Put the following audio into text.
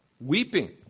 weeping